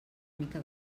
mica